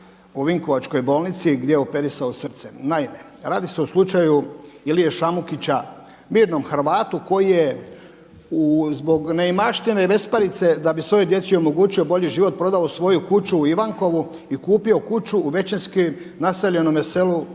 u vinkovačkoj bolnici gdje je operirao srce. Naime, radi se o slučaju Ilije Šamukića mirnom Hrvatu koji je zbog neimaštine i besparice da bi svojoj djeci omogućio bolji život prodao svoju kuću u Ivankovu i kupio kuću u većinski naseljenom selu sa